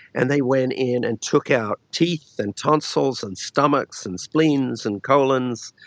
and they went in and took out teeth and tonsils and stomachs and spleens and colons.